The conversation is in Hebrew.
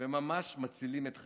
וממש מצילים את חייה.